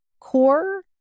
core